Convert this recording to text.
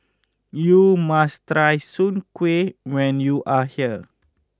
you must try Soon Kueh when you are here